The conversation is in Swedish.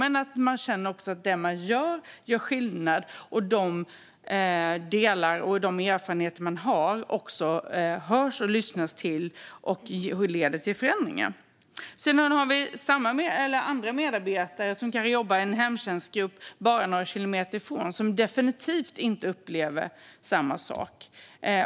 De känner att det de uträttar gör skillnad och att de erfarenheter de har hörs, lyssnas till och leder till förändringar. Sedan har vi andra medarbetare som kanske jobbar i en hemtjänstgrupp bara några kilometer därifrån och som definitivt inte upplever samma sak.